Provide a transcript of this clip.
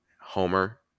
Homer